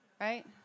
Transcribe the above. right